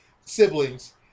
siblings